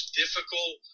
difficult